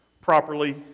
properly